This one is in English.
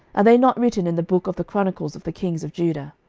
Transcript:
are they not written in the book of the chronicles of the kings of judah?